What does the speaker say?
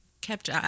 kept